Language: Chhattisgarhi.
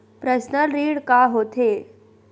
पर्सनल ऋण का होथे?